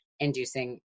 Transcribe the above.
inducing